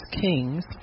kings